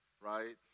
right